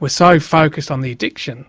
we're so focussed on the addiction,